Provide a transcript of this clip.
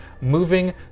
moving